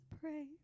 pray